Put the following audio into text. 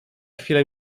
chwilę